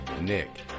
Nick